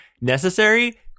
necessary